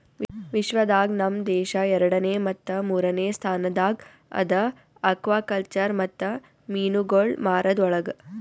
ವಿಶ್ವ ದಾಗ್ ನಮ್ ದೇಶ ಎರಡನೇ ಮತ್ತ ಮೂರನೇ ಸ್ಥಾನದಾಗ್ ಅದಾ ಆಕ್ವಾಕಲ್ಚರ್ ಮತ್ತ ಮೀನುಗೊಳ್ ಮಾರದ್ ಒಳಗ್